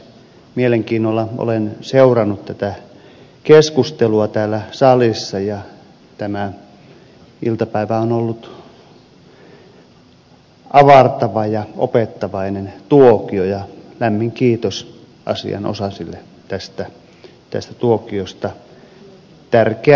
mielenkiinnolla olen seurannut tätä keskustelua täällä salissa ja tämä iltapäivä on ollut avartava ja opettavainen tuokio ja lämmin kiitos asianosaisille tästä tuokiosta tärkeän asian ympärillä